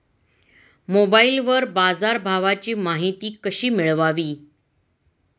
मोबाइलवर बाजारभावाची माहिती कशी मिळवावी?